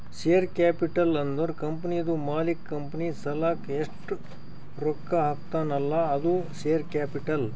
share capital ಅಂದುರ್ ಕಂಪನಿದು ಮಾಲೀಕ್ ಕಂಪನಿ ಸಲಾಕ್ ಎಸ್ಟ್ ರೊಕ್ಕಾ ಹಾಕ್ತಾನ್ ಅಲ್ಲಾ ಅದು ಶೇರ್ ಕ್ಯಾಪಿಟಲ್